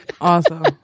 Awesome